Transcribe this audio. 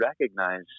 recognize